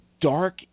dark